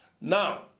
Now